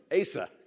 Asa